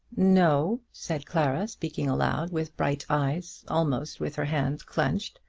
no, said clara, speaking aloud, with bright eyes almost with her hands clenched.